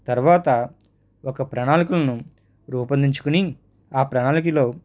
తర్వాత ఒక ప్రణాళికలను రూపొందించుకుని ఆ ప్రణాళికలో